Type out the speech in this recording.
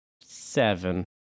seven